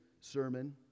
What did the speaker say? sermon